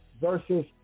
versus